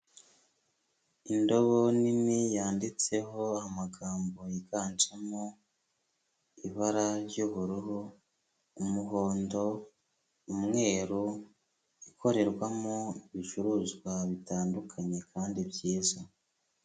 Indobo nini yanditseho amagambo yiganjemo ibara ry'ubururu, umuhondo, umweru, ikorerwamo ibicuruzwa bitandukanye kandi byiza.